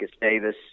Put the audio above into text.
Davis